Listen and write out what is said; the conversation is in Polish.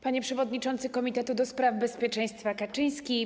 Panie Przewodniczący Komitetu do spraw Bezpieczeństwa Kaczyński!